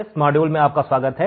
इस मॉड्यूल में आपका स्वागत है